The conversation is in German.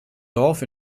dorf